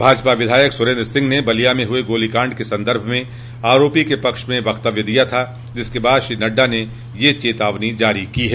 भाजपा विधायक सुरेन्द्र सिंह ने बलिया में हुए गोलीकांड के सन्दर्भ में आरोपी के पक्ष में वक्तव्य दिया था जिसके बाद श्री नड्डा ने यह चेतावनी जारी की है